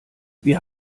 wir